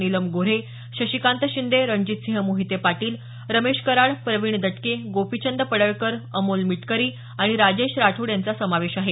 नीलम गोऱ्हे शशिकांत शिंदे रणजितसिंह मोहिते पाटील रमेश कराड प्रवीण दटके गोपीचंद पडळकर अमोल मिटकरी आणि राजेश राठोड यांचा समावेश आहे